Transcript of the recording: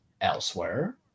elsewhere